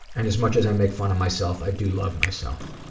and as much as i make fun of myself, i do love myself.